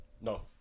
No